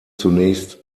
zunächst